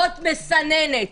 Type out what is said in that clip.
עוד מסננת.